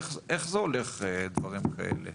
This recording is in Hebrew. איך הדברים האלה הולכים?